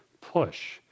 push